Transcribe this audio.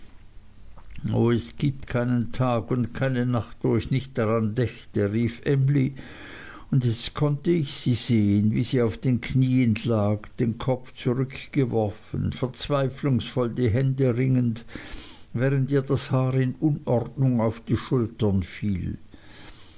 es gibt keinen tag und keine nacht wo ich nicht daran dächte rief emly und jetzt konnte ich sie sehen wie sie auf den knieen lag den kopf zurückgeworfen verzweiflungsvoll die hände ringend während ihr das haar in unordnung auf die schultern fiel